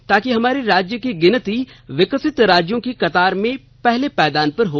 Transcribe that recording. ताकि हमारे राज्य की गिनती विकसित राज्यों की कतार में पहले पायदान पर हो